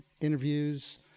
interviews